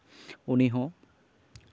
ᱩᱱᱤᱦᱚᱸ